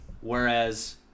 Whereas